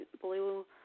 blue